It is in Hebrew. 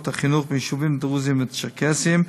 החינוך ביישובים דרוזיים ו'צרקסיים,